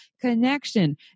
connection